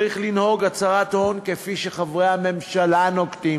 צריך להנהיג הצהרת הון כפי שחברי הממשלה נוקטים,